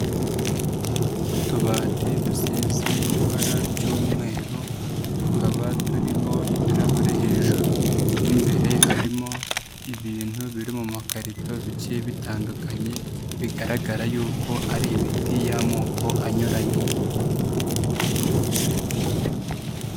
Utubati dusize ibara ry'umweru tukaba turimo ibirahure hejuru, mo imbere harimo ibintu biri mu makarito bigiye bitandukanye, bigaragara yuko ari imiti y'amoko anyuranye.